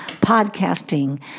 podcasting